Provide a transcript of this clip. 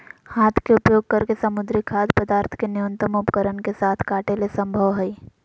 हाथ के उपयोग करके समुद्री खाद्य पदार्थ के न्यूनतम उपकरण के साथ काटे ले संभव हइ